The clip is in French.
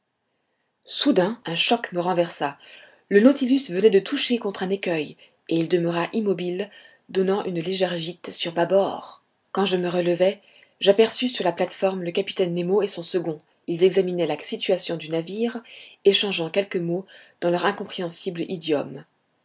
soudain un choc me renversa le nautilus venait de toucher contre un écueil et il demeura immobile donnant une légère gîte sur bâbord quand je me relevai j'aperçus sur la plate-forme le capitaine nemo et son second ils examinaient la situation du navire échangeant quelques mots dans leur incompréhensible idiome